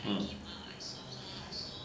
hmm